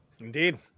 Indeed